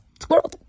Squirrel